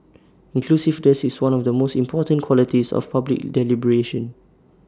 inclusiveness is one of the most important qualities of public deliberation